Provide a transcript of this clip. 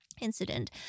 incident